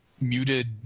Muted